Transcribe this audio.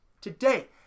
today